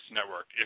Network